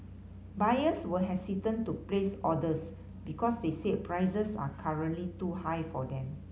buyers were hesitant to place orders because they said prices are currently too high for them